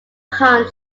hunt